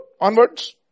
onwards